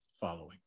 following